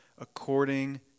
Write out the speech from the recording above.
according